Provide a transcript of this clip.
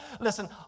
listen